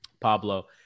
Pablo